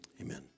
amen